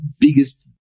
biggest